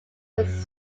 was